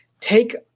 Take